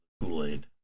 Kool-Aid